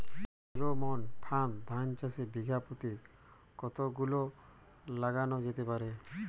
Pheromone ফাঁদ ধান চাষে বিঘা পতি কতগুলো লাগানো যেতে পারে?